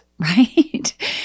Right